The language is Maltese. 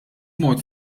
mort